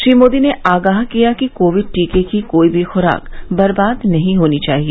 श्री मोदी ने आगाह किया कि कोविड टीके की कोई भी ख्राक बर्बाद नहीं होनी चाहिए